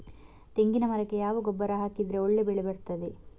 ತೆಂಗಿನ ಮರಕ್ಕೆ ಯಾವ ಗೊಬ್ಬರ ಹಾಕಿದ್ರೆ ಒಳ್ಳೆ ಬೆಳೆ ಬರ್ತದೆ?